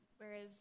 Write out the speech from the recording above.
Whereas